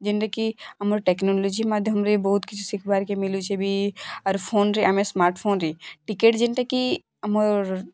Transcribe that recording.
ଯେନ୍ଟାକି ଆମର ଟେକ୍ନୋଲୋଜି ମାଧ୍ୟମରେ ବହୁତ୍ କିଛି ଶିଖିବାର୍କେ ମିଳୁଛେ ବି ଆର୍ ଫୋନ୍ରେ ଆମେ ସ୍ମାର୍ଟ୍ ଫୋନ୍ରେ ଟିକେଟ୍ ଯେନ୍ଟାକି ଆମର୍